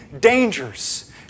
dangers